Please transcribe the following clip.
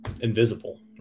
invisible